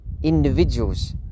individuals